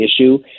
issue